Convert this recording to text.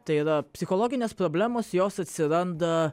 tai yra psichologinės problemos jos atsiranda